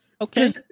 okay